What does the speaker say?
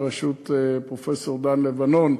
בראשות פרופסור דן לבנון,